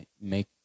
make